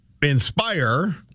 inspire